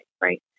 right